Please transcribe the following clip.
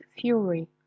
fury